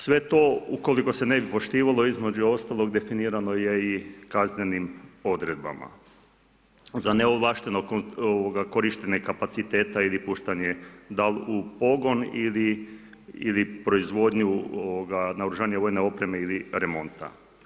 Sve to ukoliko se ne bi poštivalo, između ostalog, definirano je i kaznenim odredbama za neovlašteno korištenje kapaciteta ili puštanje da li u pogon ili proizvodnju naoružanja i vojne opreme ili remonta.